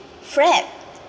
fred